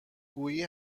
گویی